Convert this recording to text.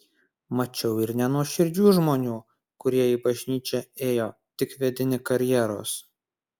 mačiau ir nenuoširdžių žmonių kurie į bažnyčią ėjo tik vedini karjeros